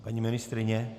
Paní ministryně?